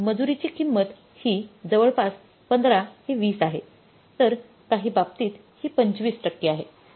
मजुरीची किंमत ही जवळपास १५ ते २० आहे तर काही बाबतीत ही २५ टक्के आहे